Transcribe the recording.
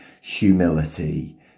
humility